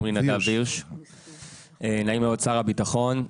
שר הביטחון.